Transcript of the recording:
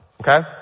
Okay